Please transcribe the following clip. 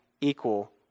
equal